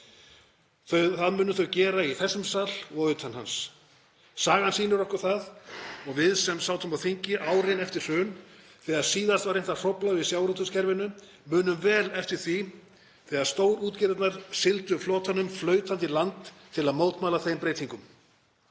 Það munu þau gera í þessum sal og utan hans. Sagan sýnir okkur það og við sem sátum á þingi árin eftir hrun, þegar síðast var reynt að hrófla við sjávarútvegskerfinu, munum vel eftir því þegar stórútgerðirnar sigldu flotanum flautandi í land til að mótmæla þeim breytingum.